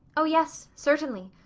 oh yes, certainly.